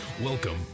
Welcome